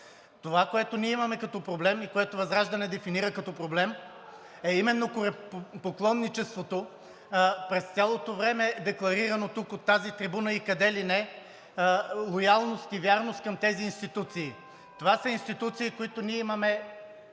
Това, което ние имаме като проблем и което ВЪЗРАЖДАНЕ дефинира като проблем, е именно поклонничеството през цялото време, декларирано тук от тази трибуна и къде ли не – лоялност и вярност към тези институции. Това са институции, където ние имаме